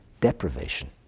deprivation